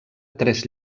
tres